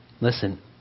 Listen